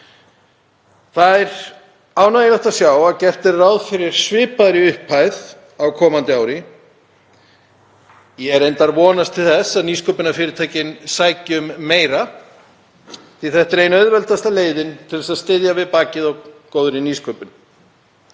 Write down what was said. Það er ánægjulegt að sjá að gert er ráð fyrir svipaðri upphæð á komandi ári. Ég er reyndar að vonast til þess að nýsköpunarfyrirtækin sæki um meira því þetta er ein auðveldasta leiðin til að styðja við bakið á góðri nýsköpun.